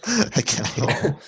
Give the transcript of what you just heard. Okay